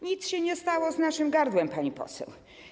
Nic się nie stało z naszym gardłem, pani poseł.